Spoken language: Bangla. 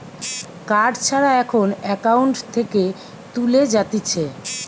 কার্ড ছাড়া এখন একাউন্ট থেকে তুলে যাতিছে